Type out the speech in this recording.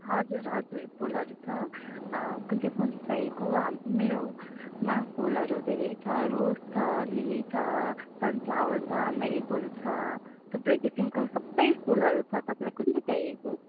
हजुर हजुर फुलहरू छ कुन चाहिँ फुल चाहिएको हाम मेरोमा फुलहरू धेरै छ रोज छ लिली छ सनफ्लावर छ मेरीगोल्ड छ थुप्रै किसिमको सबै फुलहरू छ तपाईँलाई कुन चाहिँ चाहिएको